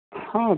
ہاں